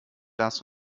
das